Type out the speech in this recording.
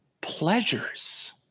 pleasures